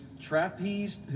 trapeze